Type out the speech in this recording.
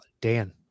Dan